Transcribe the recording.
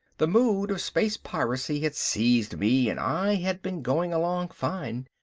the mood of space piracy had seized me and i had been going along fine.